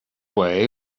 way